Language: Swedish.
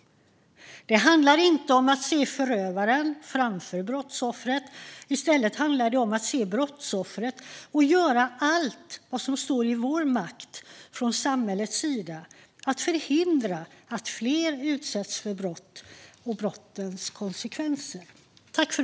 Det handlar inte om att se förövaren framför brottsoffret. I stället handlar det om att se brottsoffret och göra allt som står i vår makt från samhällets sida för att förhindra att fler utsätts för brott och brottens konsekvenser.